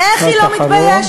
איך היא לא מתביישת?